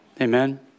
Amen